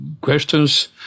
questions